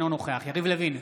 אינו נוכח יריב לוין,